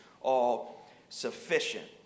all-sufficient